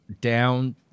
down